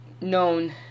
known